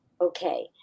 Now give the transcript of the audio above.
Okay